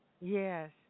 Yes